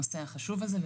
והנושא האחרון, חקיקה.